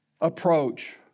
approach